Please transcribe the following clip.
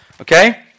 Okay